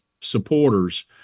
supporters